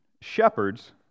shepherds